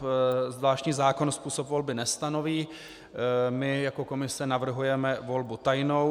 II. zvláštní zákon způsob volby nestanoví my jako komise navrhujeme volbu tajnou